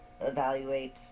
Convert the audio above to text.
evaluate